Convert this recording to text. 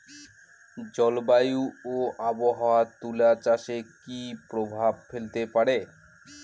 জলবায়ু ও আবহাওয়া তুলা চাষে কি প্রভাব ফেলতে পারে?